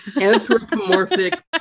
anthropomorphic